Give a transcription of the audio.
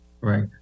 Right